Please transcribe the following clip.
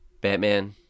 Batman